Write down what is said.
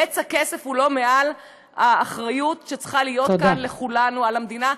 בצע כסף הוא לא מעל האחריות שצריכה להיות כאן לכולנו על המדינה.